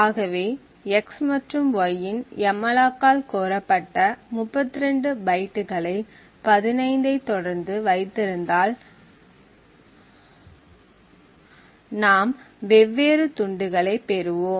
ஆகவே x மற்றும் y இன் எம்மலாக் ஆல் கோரப்பட்ட 32 பைட்டுகளை 15 ஐத் தொடர்ந்து வைத்திருந்தால் நாம் வெவ்வேறு துண்டுகளை பெறுவோம்